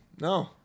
No